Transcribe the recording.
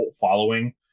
following